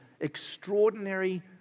extraordinary